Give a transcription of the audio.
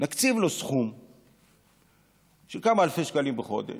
נקציב לו סכום של כמה אלפי שקלים בחודש,